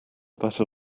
better